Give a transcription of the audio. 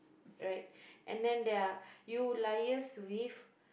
right and then there are you liars with